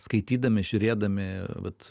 skaitydami žiūrėdami vat